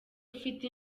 ufite